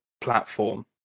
platform